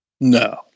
No